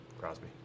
Crosby